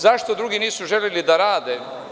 Zašto drugi nisu želeli da rade?